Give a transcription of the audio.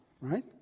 right